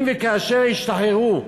אם וכאשר ישתחררו פלסטינים,